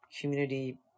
community